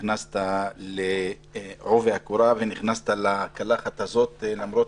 שנכנסת לעובי הקורה ונכנסת לקלחת הזאת, למרות